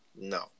No